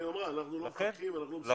היא אמרה שהם לא מפקחים ושהם גם לא מסוגלים.